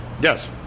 Yes